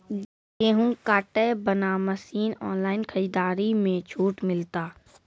गेहूँ काटे बना मसीन ऑनलाइन खरीदारी मे छूट मिलता?